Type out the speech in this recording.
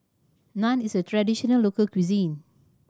naan is a traditional local cuisine